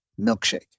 milkshake